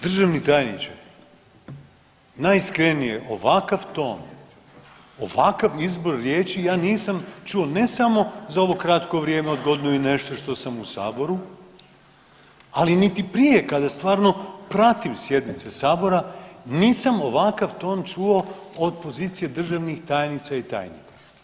Državni tajniče, najiskrenije, ovakav ton, ovakav izbor riječi ja nisam čuo, ne samo za ovo kratko vrijeme od godinu i nešto što sam u Saboru, ali niti prije kada stvarno pratim sjednice Sabora, nisam ovakav ton čuo od pozicije državnih tajnica i tajnika.